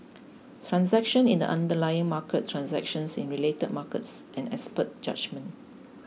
transactions in the underlying market transactions in related markets and expert judgement